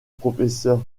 professeur